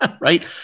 right